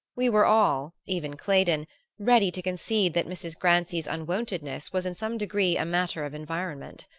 we were all even claydon ready to concede that mrs. grancy's unwontedness was in some degree a matter of environment.